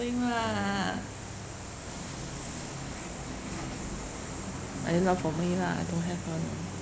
thing lah I not for me lah I don't have [one] orh